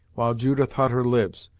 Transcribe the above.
while judith hutter lives,